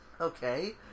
okay